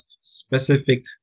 specific